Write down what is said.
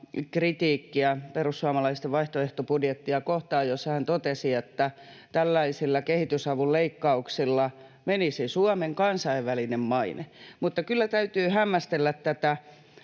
kritiikkiä perussuomalaisten vaihtoehtobudjettia kohtaan, jossa hän totesi, että tällaisilla kehitysavun leikkauksilla menisi Suomen kansainvälinen maine. Kyllä täytyy hämmästellä tätä